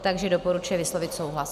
Takže doporučuje vyslovit souhlas.